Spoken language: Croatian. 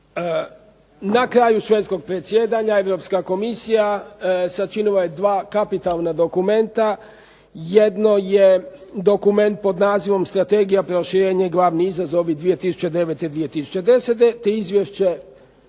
na kraju švedskog predsjedanja Europska Komisija sačinila je dva kapitalna dokumenta, jedno je dokument pod nazivom strategija proširenje i glavni izazovi 2009. i 2010., te izvješće